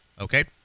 okay